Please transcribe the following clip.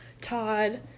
Todd